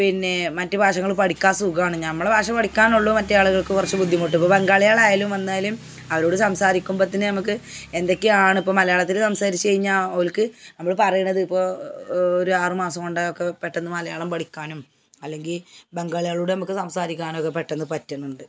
പിന്നെ മറ്റ് ഭാഷകൾ പഠിക്കാൻ സുഖമാണ് നമ്മളെ ഭാഷ പഠിക്കാനെ ഉള്ളൂ മറ്റ് ആളുകൾക്ക് കുറച്ച് ബുന്ധിമുട്ട് ഇപ്പോൾ ബംഗാളികൾ ആയാലും വന്നാലും സംസാരിക്കുമ്പോത്തിന് നമ്മൾക്ക് എന്തൊക്കെയാണ് ഇപ്പോൾ മലയാളത്തിൽ സംസാരിച്ച് കഴിഞ്ഞാൽ ഓൽക് നമ്മൾ പറയുന്നത് ഇപ്പോൾ ഒരു ആറുമാസം കൊണ്ടൊക്കെ പെട്ടെന്ന് മലയാളം പഠിക്കാനും അല്ലെങ്കിൽ ബംഗാളികളോട് നമ്മൾക്ക് സംസാരിക്കാനൊക്കെ പെട്ടെന്ന് പറ്റുന്നുണ്ട്